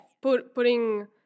putting